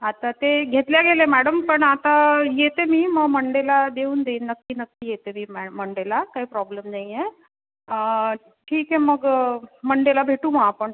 आता ते घेतल्या गेले मॅडम पण आता येते मी मग मंडेला देऊन देईन नक्की नक्की येते मी मॅडम मंडेला काही प्रॉब्लेम नाही आहे ठीक आहे मग मंडेला भेटू मग आपण